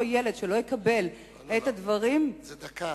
אותו ילד שלא יקבל את הדברים, זו דקה.